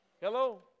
Hello